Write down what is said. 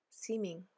seeming